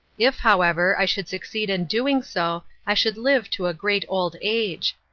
if, however, i should succeed in doing so, i should live to a great old age.